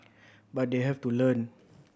but they have to learn